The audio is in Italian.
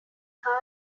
carl